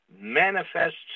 manifests